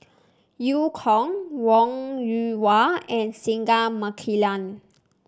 Eu Kong Wong Yoon Wah and Singai Mukilan